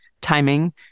timing